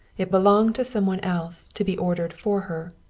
it belonged to some one else, to be ordered for her.